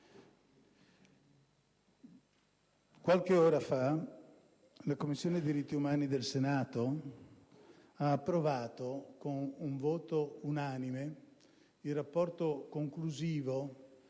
tutela e la promozione dei diritti umani del Senato ha approvato, con voto unanime, il rapporto conclusivo